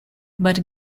but